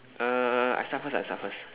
uh I start first I start first